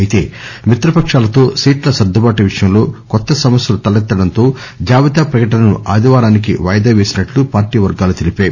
అయితే మిత్రపకాలతో సీట్ల సర్దుబాటు విషయంలో కొత్త సమస్యలు తలెత్తడంతో జాబితా ప్రకటనను ఆదివారానికి వాయిదా పేసినట్లు పార్టీ వర్గాలు తెలిపాయి